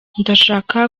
ndashaka